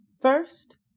First